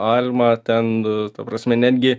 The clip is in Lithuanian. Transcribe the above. alma ten ta prasme netgi